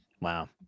Wow